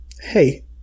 Hey